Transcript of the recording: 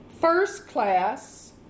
first-class